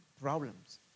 problems